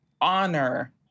honor